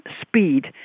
speed